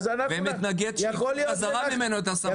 מי שמתנגד, שייקח ממנו בחזרה את הסמכות.